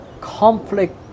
conflict